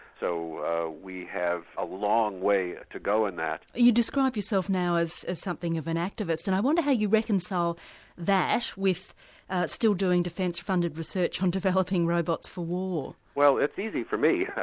so we have a long way to go in that. you describe yourself now as as something of an activist, and i wonder how you reconcile that with still doing defence-funded research on developing robots for war? well it's easy for me,